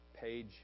page